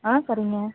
ஆ சரிங்க